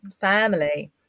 family